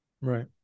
right